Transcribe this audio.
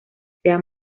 sea